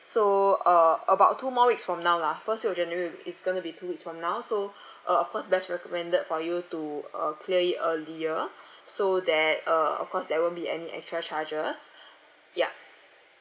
so uh about two more weeks from now lah first week of january will be it's going to be two weeks from now so uh of course best recommended for you to uh clear it earlier so that uh of course there won't be any extra charges ya